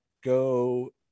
go